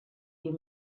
you